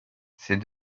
c’est